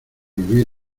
vivir